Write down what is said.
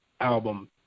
Album